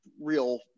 real